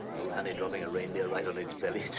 old honey dropping a reindeer right on its belly.